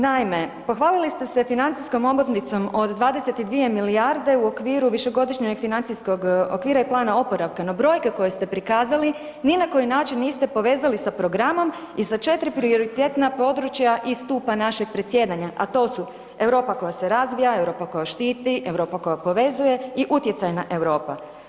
Naime, pohvalili ste se financijskom omotnicom od 22 milijarde u okviru višegodišnjeg financijskog okvira i plana oporavka, no brojka koju ste prikazali ni na koji način niste povezali sa programom i sa četiri prioritetna područja iz stupa našeg predsjedanja, a to su Europa koja se razvija, Europa koja štiti, Europa koja povezuje i utjecajna Europa.